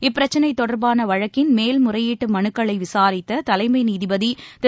இப்பிரச்சினை தொடர்பான வழக்கின் மேல் முறையீட்டு மனுக்களை விசாரித்த தலைமை நீதிபதி திரு